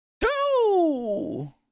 Two